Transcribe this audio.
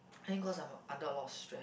I think cause I'm under a lot of stress